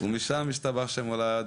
ומשם ישתבח שמו לעד,